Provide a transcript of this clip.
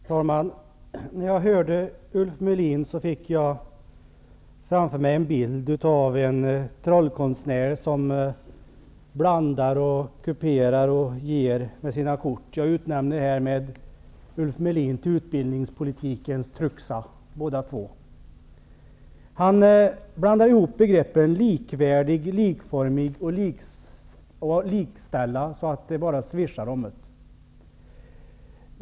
Herr talman! När jag hörde Ulf Melin såg jag framför mig bilden av en trollkonstnär som blandar, kuperar och ger sina kort. Jag utnämner härmed Ulf Melin blandar ihop begreppen likvärdig, likformig och likställd, så att det bara svischar om det.